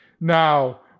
Now